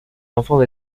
enfants